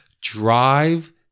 drive